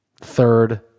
third